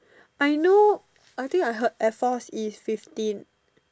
I know I think I heard air force is fifteen